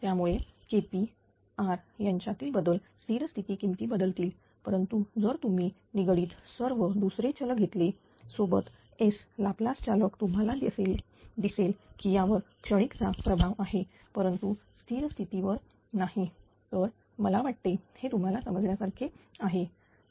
त्यामुळे KPR यांच्यातील बदल स्थिर स्थिती किमती बदलतील परंतु जर तुम्ही निगडीत सर्व दुसरे चल घेतले सोबत S लाप्लास चालक तुम्हाला असे दिसेल की त्यावर क्षणिक चा प्रभाव आहे परंतु स्थिर स्थिती वर नाही तर मला वाटते हे तुम्हाला समजण्यासारखे आहे